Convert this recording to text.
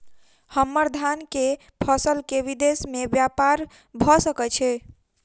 हम्मर धान केँ फसल केँ विदेश मे ब्यपार भऽ सकै छै?